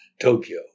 Tokyo